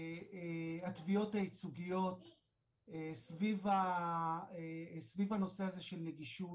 התביעות הייצוגיות סביב הנושא הזה של נגישות.